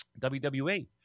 WWE